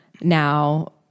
now